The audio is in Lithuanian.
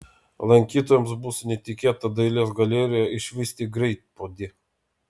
lankytojams bus netikėta dailės galerijoje išvysti greitpuodį